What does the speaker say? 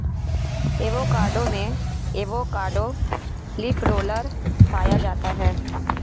avocado में avocado leaf roller पाया जाता है